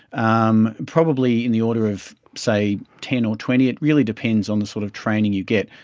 um probably in the order of, say, ten or twenty. it really depends on the sort of training you get,